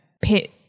pit